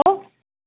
hello